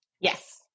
Yes